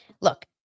look